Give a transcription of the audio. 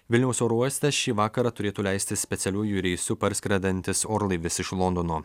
vilniaus oro uoste šį vakarą turėtų leistis specialiuoju reisu parskrendantis orlaivis iš londono